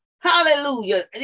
Hallelujah